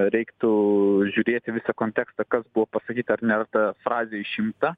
reiktų žiūrėti visą kontekstą kas buvo pasakyta ar nėra ta frazė išimta